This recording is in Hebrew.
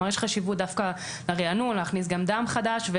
יש חשיבות דווקא לריענון, להכניס גם דם חדש.